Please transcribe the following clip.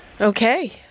Okay